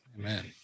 Amen